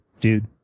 dude